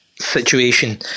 situation